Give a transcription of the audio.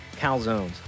Calzones